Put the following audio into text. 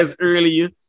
earlier